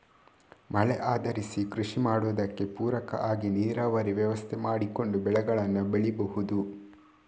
ಮಳೆ ಆಧರಿಸಿ ಕೃಷಿ ಮಾಡುದಕ್ಕೆ ಪೂರಕ ಆಗಿ ನೀರಾವರಿ ವ್ಯವಸ್ಥೆ ಮಾಡಿಕೊಂಡು ಬೆಳೆಗಳನ್ನ ಬೆಳೀಬಹುದು